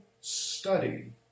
study